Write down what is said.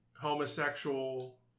homosexual